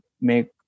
make